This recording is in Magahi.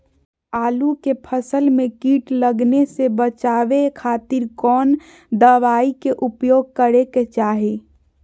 आलू के फसल में कीट लगने से बचावे खातिर कौन दवाई के उपयोग करे के चाही?